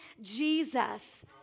Jesus